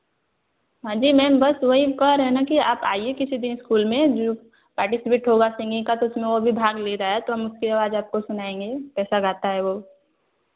हाँ जी मैम बस वही हम कह रहे हैं ना कि आप आईए किसी दिन स्कूल में जो पार्टिसिपेट होगा सिंगिंग तो उसमें वह भी भाग ले रहा है तो हम उसकी आवाज़ आपको सुनाएँगे कैसा गाता है वह